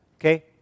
Okay